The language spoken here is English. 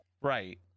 Right